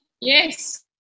Yes